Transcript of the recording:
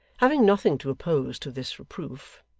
having nothing to oppose to this reproof,